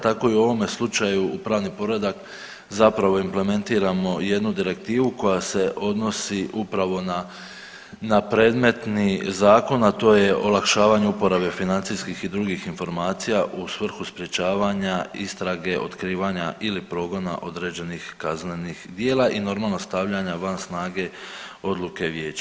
Tako i u ovome slučaju u pravni poredak zapravo implementiramo jednu direktivu koja se odnosi upravo na predmetni zakon, a to je olakšavanje uporabe financijskih i drugih informacija u svrhu sprječavanja istrage, otkrivanja ili progona određenih kaznenih djela i normalno stavljanja van snage odluke vijeća.